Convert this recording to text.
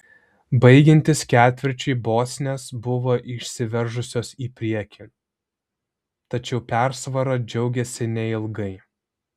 baigiantis ketvirčiui bosnės buvo išsiveržusios į priekį tačiau persvara džiaugėsi neilgai